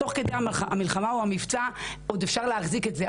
תוך כדי המלחמה או המבצע עוד אפשר להחזיק את זה.